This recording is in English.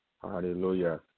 Hallelujah